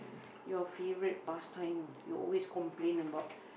your favourite pastime you always complain about